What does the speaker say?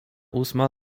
ósma